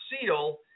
seal